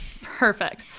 Perfect